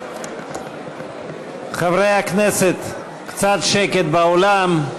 חברי הכנסת, קצת שקט באולם,